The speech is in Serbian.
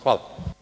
Hvala.